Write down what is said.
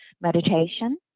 meditation